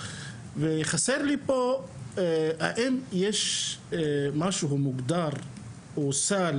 וחסר לי פה האם יש משהו מוגדר הוא סל